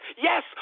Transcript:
Yes